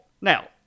Now